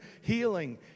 healing